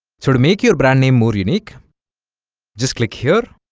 sort of make your brand name more unique just click here